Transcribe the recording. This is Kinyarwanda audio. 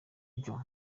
byo